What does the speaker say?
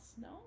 No